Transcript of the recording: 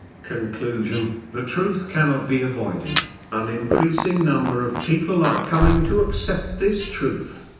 conclusion the truth cannot be avoided an increasing number of people are coming to accept this truth,